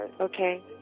okay